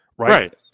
Right